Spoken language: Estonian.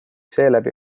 seeläbi